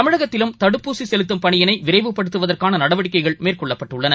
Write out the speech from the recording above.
தமிழகத்திலும் தடுப்பூசிசெலுத்தும் பணியினைவிரைவுபடுத்துவதற்கானநடவடிக்கைகள் மேற்கொள்ளப்பட்டுள்ளன